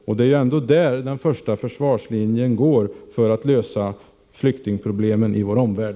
Och det är ju ändå där den första försvarslinjen går när det gäller att lösa flyktingproblemen i vår omvärld.